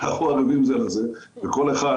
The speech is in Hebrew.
ערבים זה לזה, וכל אחד